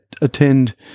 attend